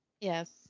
Yes